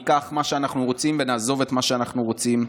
אנחנו ניקח מה שאנחנו רוצים ונעזוב את מה שאנחנו רוצים.